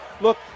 look